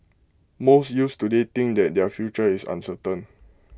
most youths today think that their future is uncertain